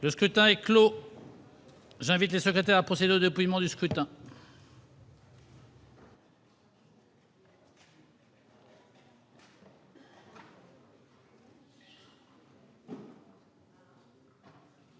Le scrutin est clos. J'invite Mmes et MM. les secrétaires à procéder au dépouillement du scrutin.